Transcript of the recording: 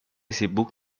sibuk